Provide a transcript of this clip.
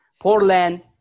Portland